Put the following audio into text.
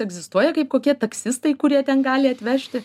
egzistuoja kaip kokie taksistai kurie ten gali atvežti